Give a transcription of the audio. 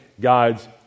God's